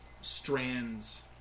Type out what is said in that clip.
strands